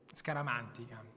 scaramantica